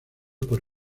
por